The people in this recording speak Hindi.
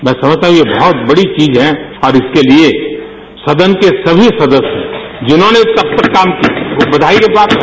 मैं समझता हूं ये एक बहुत बड़ी चीज है और इसके लिए सदन के सभी सदस्य जिन्होंने तब तक काम किया बधाई के पात्र हैं